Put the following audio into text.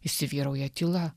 įsivyrauja tyla